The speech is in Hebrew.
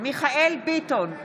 מיכאל מרדכי ביטון,